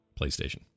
PlayStation